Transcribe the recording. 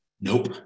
Nope